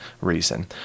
reason